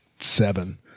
seven